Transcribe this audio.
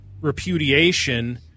repudiation